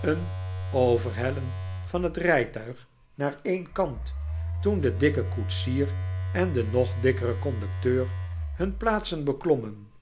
een overhellen van het rijtuig naar een kant toen de dikke koetsier en de nog dikkere conducteur hun plaatsen beklommen